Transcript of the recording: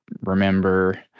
remember